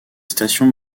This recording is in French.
stations